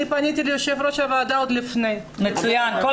אני פניתי ליושב ראש הוועדה עוד לפני כן.